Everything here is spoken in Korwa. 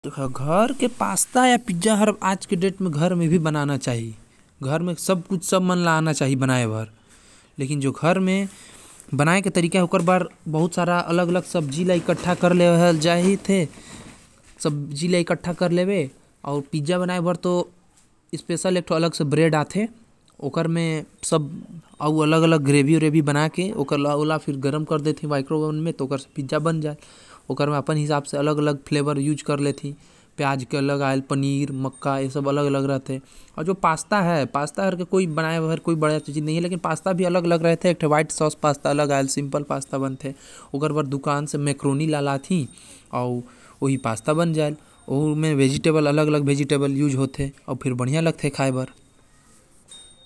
घर में आज कल पिजा पास्ता बनाना चाही पिज्जा अलग अलग बन जाएल एकर बर ब्रेड और चीज बजारे मिलथे अउ पिज्जा शाकाहारी मांसाहारी दोनों बांथे अउ सब सामान हर बाजार में मिलथे बस लावा अउ घरे बनावा पास्ता हर बड़ आराम से बनेल बस उबाला अउ पानी में निकाल के तेल में मसाला सब्जी डाल कर छोक दादा बन गइस।